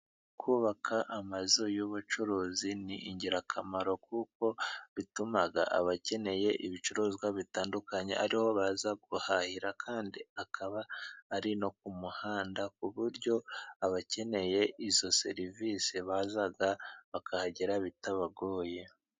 Kubaka amazu y'ubucuruzi ni ingirakamaro, kuko bituma abakeneye ibicuruzwa bitandukanye ari ho baza guhahira, kandi akaba ari no ku muhanda ku buryo abakeneye izo serivisi baza bakahagera bitabagoye.